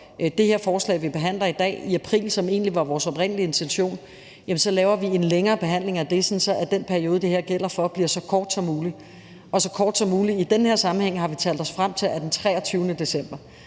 det her forslag, vi behandler i dag, i april, som det egentlig var vores oprindelige intention, så laver vi en længere behandling af det, så den periode, det her gælder for, bliver så kort som muligt, og det har vi i den her sammenhæng talt os frem til er den 23. december.